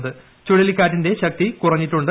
പ്പുഴലിക്കാറ്റിന്റെ ശക്തി കുറഞ്ഞിട്ടുണ്ട്